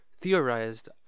theorized